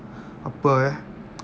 apa eh